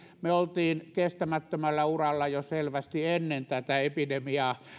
me olimme kestämättömällä uralla jo selvästi ennen tätä epidemiaa